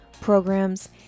programs